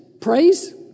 praise